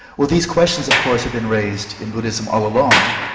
well these questions of course have been raised in buddhism all along,